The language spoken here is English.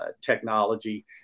technology